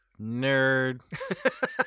nerd